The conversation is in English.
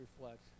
reflect